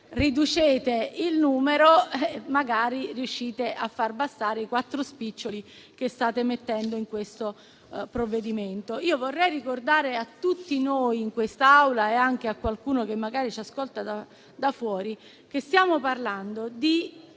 riducete il numero, magari riuscite a far bastare i quattro spiccioli che state mettendo in questo provvedimento. Vorrei ricordare a tutti noi in quest'Aula, e anche a qualcuno che magari ci ascolta da fuori, che stiamo parlando di